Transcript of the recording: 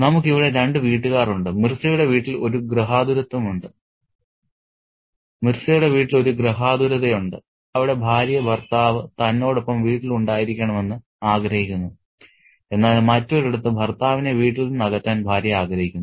നമുക്ക് ഇവിടെ രണ്ട് വീട്ടുകാർ ഉണ്ട് മിർസയുടെ വീട്ടിൽ ഒരു ഗൃഹാതുരതയുണ്ട് അവിടെ ഭാര്യ ഭർത്താവ് തന്നോടൊപ്പം വീട്ടിലുണ്ടായിരിക്കണമെന്ന് ആഗ്രഹിക്കുന്നു എന്നാൽ മറ്റൊരിടത്ത് ഭർത്താവിനെ വീട്ടിൽ നിന്ന് അകറ്റാൻ ഭാര്യ ആഗ്രഹിക്കുന്നു